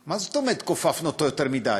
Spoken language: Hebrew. מה זאת אומרת כופפנו אותו יותר מדי?